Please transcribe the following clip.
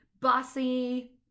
bossy